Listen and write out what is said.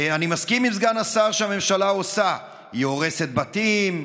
אני מסכים עם סגן השר שהממשלה עושה: היא הורסת בתים,